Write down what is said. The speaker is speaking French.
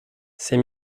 ces